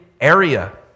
area